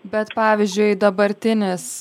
bet pavyzdžiui dabartinis